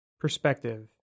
Perspective